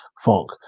Funk